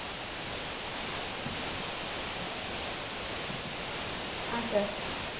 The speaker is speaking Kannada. ಹಾಂ ಸರ್